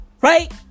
right